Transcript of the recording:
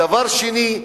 דבר שני,